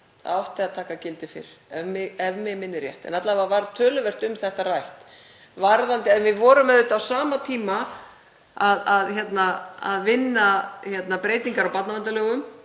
Það átti að taka gildi fyrr, ef mig minnir rétt. Alla vega var töluvert um þetta rætt. En við vorum auðvitað á sama tíma að vinna breytingar á barnaverndarlögum,